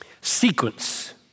sequence